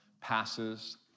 passes